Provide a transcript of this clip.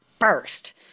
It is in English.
first